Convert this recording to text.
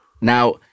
Now